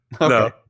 No